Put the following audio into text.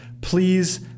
please